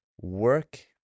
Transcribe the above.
work